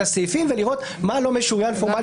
הסעיפים ולראות מה לא משוריין פורמלי,